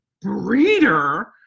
breeder